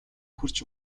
хүрч